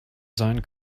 sein